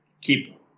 keep